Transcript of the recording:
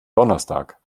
donnerstag